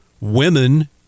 women